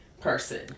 person